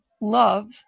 Love